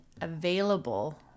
available